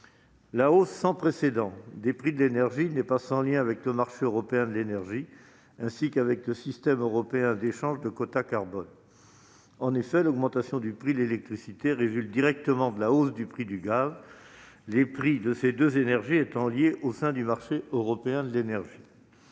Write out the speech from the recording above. La hausse sans précédent des prix de l'énergie n'est pas sans lien avec le marché européen de l'énergie, ainsi qu'avec le système d'échange de quotas d'émission de l'Union. En effet, l'augmentation du prix de l'électricité résulte directement de la hausse du prix du gaz, les prix de ces deux énergies étant liés au sein dudit marché européen de l'énergie.